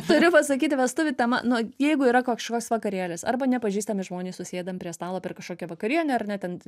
turiu pasakyti vestuvių tema nu jeigu yra kažkoks vakarėlis arba nepažįstami žmonės susėdam prie stalo per kažkokią vakarienę ar ne ten